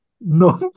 no